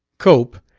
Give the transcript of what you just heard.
cope,